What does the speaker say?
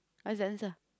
what's the answer